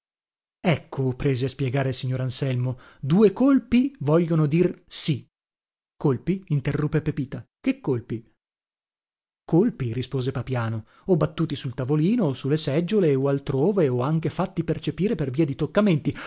ecco prese a spiegare il signor anselmo due colpi vogliono dir sì colpi interruppe pepita che colpi colpi rispose papiano o battuti sul tavolino o su le seggiole o altrove o anche fatti percepire per via di